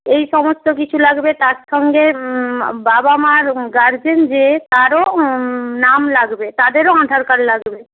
এই সমস্ত কিছু লাগবে তার সঙ্গে বাবা মার গার্জেন যে তারও নাম লাগবে তাদেরও আধার কার্ড লাগবে